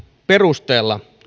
perusteella